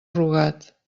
rugat